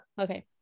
Okay